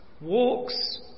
walks